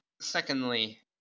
secondly